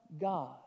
God